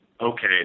okay